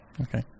Okay